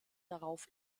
darauf